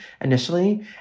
initially